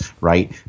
right